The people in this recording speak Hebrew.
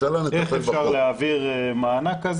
איך אפשר להעביר מענק.